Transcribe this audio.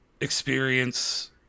experience